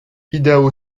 idaho